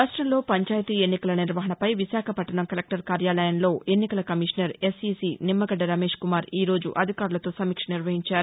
రాష్ట్రంలో పంచాయతీ ఎన్నికల నిర్వహణపై విశాఖపట్లణం కలెక్టర్ కార్యాలయంలో ఎన్నికల కమీషనర్ ఎస్ఈసీ నిమ్మగడ్డ రమేశ్కుమార్ ఈరోజు అధికారులతో సమీక్ష నిర్వహించారు